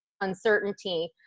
Uncertainty